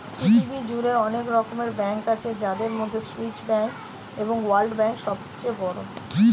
পৃথিবী জুড়ে অনেক রকমের ব্যাঙ্ক আছে যাদের মধ্যে সুইস ব্যাঙ্ক এবং ওয়ার্ল্ড ব্যাঙ্ক সবচেয়ে বড়